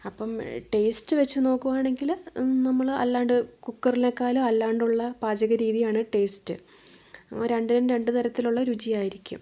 അപ്പം ടേസ്റ്റ് വച്ച് നോക്കുകയാണെങ്കിൽ നമ്മൾ അല്ലാണ്ട് കുക്കറിനെക്കാലും അല്ലാണ്ടുള്ള പാചകരീതിയാണ് ടേസ്റ്റ് രണ്ടും രണ്ടുതരത്തിലുള്ള രുചി ആയിരിക്കും